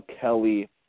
Kelly